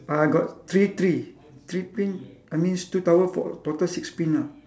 ah got three three three pin I means two towel for total six pin ah